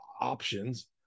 options